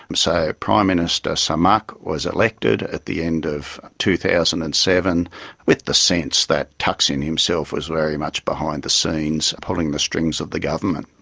so prime minister samak was elected at the end of two thousand and seven with the sense that thaksin himself was very much behind-the-scenes pulling the strings of the government.